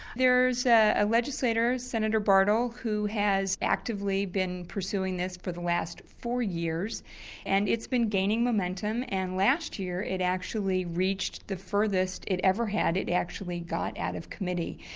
there's a legislature, senator bartle who has actively been pursuing this for the last four years and it's been gaining momentum and last year it actually reached the furthest it ever had, it actually got out of committee.